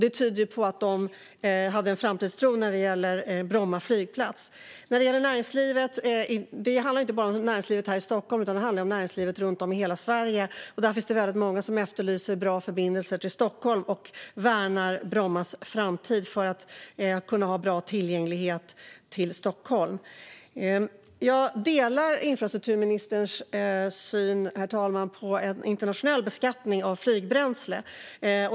Det tyder på att de hade en framtidstro när det gäller Bromma flygplats. När det gäller näringslivet handlar det inte bara om näringslivet här i Stockholm utan om näringslivet runt om i hela Sverige, och där finns det väldigt många som efterlyser bra förbindelser till Stockholm och värnar Brommas framtid för att kunna ha bra tillgänglighet till Stockholm. Jag delar infrastrukturministerns syn, herr talman, på en internationell beskattning av flygbränsle.